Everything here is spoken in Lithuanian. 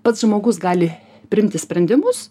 pats žmogus gali priimti sprendimus